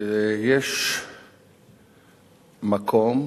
שיש מקום,